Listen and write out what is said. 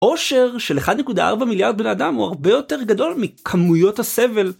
אושר של 1.4 מיליארד בני אדם הוא הרבה יותר גדול מכמויות הסבל.